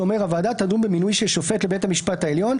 "(ג1)הוועדה תדון במינוי של שופט לבית המשפט העליון,